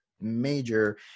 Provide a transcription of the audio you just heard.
major